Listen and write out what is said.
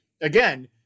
again